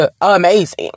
amazing